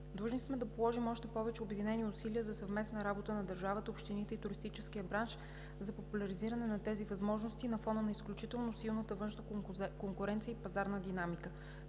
Длъжни сме да положим още повече обединени усилия за съвместна работа на държавата, общините и туристическия бранш за популяризиране на тези възможности, на фона на изключително силната външна конкуренция и пазарна динамика.